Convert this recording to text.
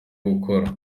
gukora